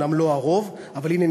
אומנם לא הרוב אבל הנה,